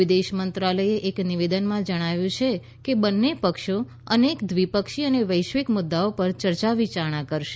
વિદેશ મંત્રાલયે એક નિવેદનમાં જણાવ્યું છે કે બંન્ને પક્ષો અનેક દ્વિપક્ષી અને વૈશ્વિક મુદ્દાઓ પર ચર્ચા વિચારણા કરશે